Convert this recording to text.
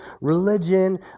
religion